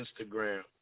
Instagram